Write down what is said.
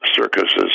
circuses